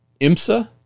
IMSA